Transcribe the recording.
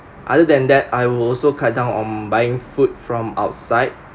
other than that I will also cut down on buying food from outside